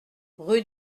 rue